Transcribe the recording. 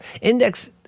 Index